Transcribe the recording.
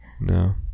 No